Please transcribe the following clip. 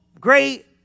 great